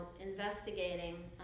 investigating